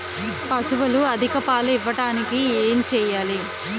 పశువులు అధిక పాలు ఇవ్వడానికి ఏంటి చేయాలి